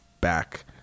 back